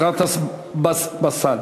גטאס באסל.